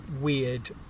weird